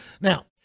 Now